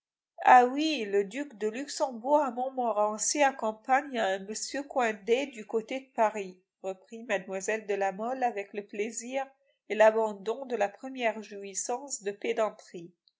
ah oui le duc de luxembourg à montmorency accompagne un m coindet du côté de paris reprit mlle de la mole avec le plaisir et l'abandon de la première jouissance de pédanterie